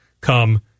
come